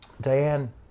Diane